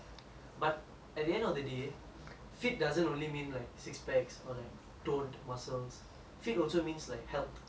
fit doesn't only mean like six pecs or like tone muscles fit also means like health so நீ வந்து:nee vanthu healthy யா இருக்க:ya irukka